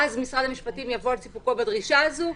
ואז משרד המשפטים יבוא על סיפוקו בדרישה הזו,